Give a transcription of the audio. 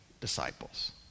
disciples